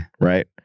Right